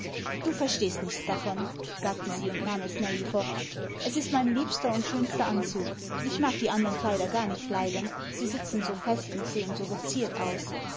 du verstehst nichts davon sagte sie und nahm es nellie fort es ist mein liebster und schönster anzug ich mag die andern kleider gar nicht leiden sie sitzen so fest und sehen so geziert aus